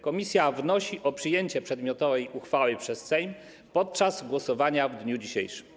Komisja wnosi o przyjęcie przedmiotowej uchwały przez Sejm podczas głosowania w dniu dzisiejszym.